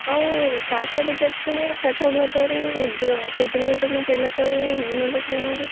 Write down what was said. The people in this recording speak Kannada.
ಅವೂ ಕಾಯ್ಸ್ಲಾಕ್ ಇಟ್ಟ್ಕೇನೆ ಕೆಟ್ಟು ಹೋಗ್ಯವ ತೊಗೋರೀ ಇದ್ದು ಫ್ರಿಜ್ಜನಾಗ ಇಟ್ಟರೂ ಕೆಡ್ಲತ್ತವರಿ ಹೆಂಗೆ ಮಾಡ್ಬೇಕು ರೀ ನಾವು ರೀ